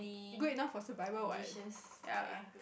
good enough for survival [what] yea